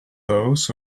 those